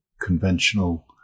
conventional